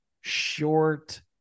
short